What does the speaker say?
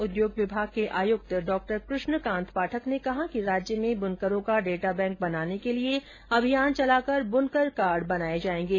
उद्योग विभाग के आयुक्त डा कृष्णकांत पाठक ने कहा कि राज्य में बुनकरों का डेटा बैंक बनाने के लिये अभियान चलाकर बुनकर कार्ड बनाए जाएंगे